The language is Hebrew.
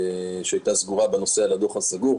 על הדוח הסגור.